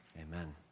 Amen